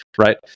right